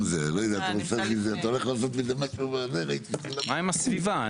מה עם הסביבה?